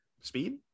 Speed